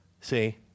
See